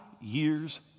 years